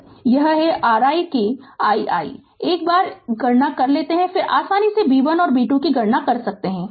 तो यह है r i कि i i एक बार एक बार गणना कर लेते है फिर आसानी से b 1 और b 2 की गणना कर सकते है